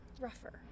Rougher